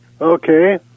Okay